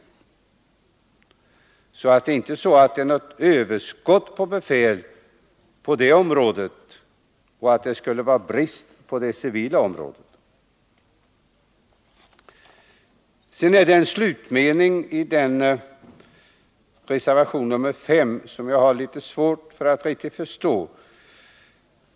Det är alltså inte så att det är något överskott av befäl på det området och brist på det civila området. Slutmeningen i reservation 5 har jag litet svårt att riktigt förstå.